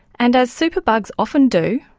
and as superbugs often do,